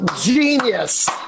Genius